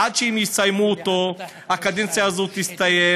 עד שהם יסיימו אותו הקדנציה הזאת תסתיים,